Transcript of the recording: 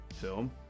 film